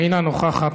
אינה נוכחת.